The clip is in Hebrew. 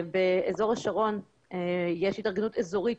באזור השרון יש התארגנות אזורית,